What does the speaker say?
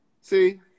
see